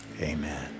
amen